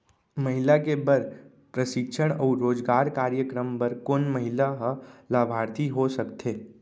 महिला के बर प्रशिक्षण अऊ रोजगार कार्यक्रम बर कोन महिला ह लाभार्थी हो सकथे?